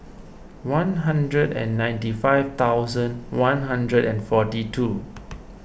one hundred and ninety five thousand one hundred and forty two